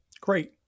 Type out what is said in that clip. Great